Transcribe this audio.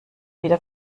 wieder